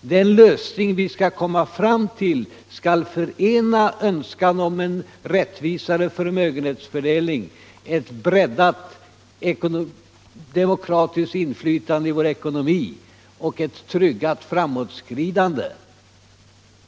Den lösning vi skall komma fram till skall förena önskan om en rättvisare förmögenhetsfördelning, ett breddat demokratiskt inflytande i vår ekonomi och ett tryggat framåtskridande.